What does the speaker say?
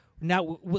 Now